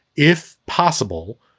if possible,